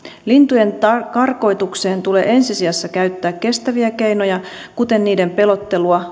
lintujen karkotukseen tulee ampumisen sijaan käyttää ensisijassa kestäviä keinoja kuten niiden pelottelua